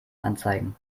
anzeigen